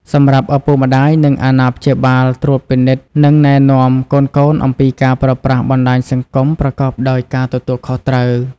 សម្រាប់ឪពុកម្តាយ និងអាណាព្យាបាល ត្រួតពិនិត្យ និងណែនាំ កូនៗអំពីការប្រើប្រាស់បណ្តាញសង្គមប្រកបដោយការទទួលខុសត្រូវ។